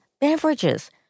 beverages